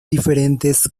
diferentes